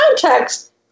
context